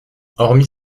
hormis